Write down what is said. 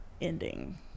ending